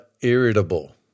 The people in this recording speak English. irritable